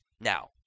Now